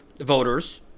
voters